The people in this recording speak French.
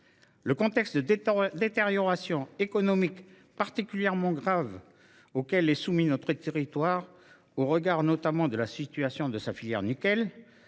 République. La détérioration économique particulièrement grave que connaît notre territoire, au regard notamment de la situation de sa filière nickel,